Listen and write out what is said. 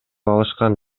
алышкан